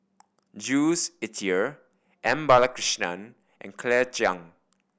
Jules Itier M Balakrishnan and Claire Chiang